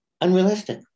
unrealistic